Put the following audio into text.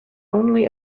only